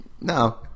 No